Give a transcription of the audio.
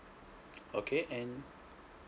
okay and